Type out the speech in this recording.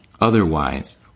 Otherwise